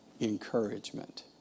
encouragement